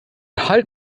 halt